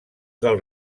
del